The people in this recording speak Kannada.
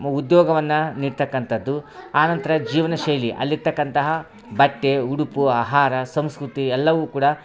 ಉದ್ಯೋಗವನ್ನು ನೀಡ್ತಕ್ಕಂಥದ್ದು ಆನಂತರ ಜೀವನ ಶೈಲಿ ಅಲ್ಲಿರ್ತಕ್ಕಂತಹ ಬಟ್ಟೆ ಉಡುಪು ಆಹಾರ ಸಂಸ್ಕೃತಿ ಎಲ್ಲವೂ ಕೂಡ